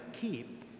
keep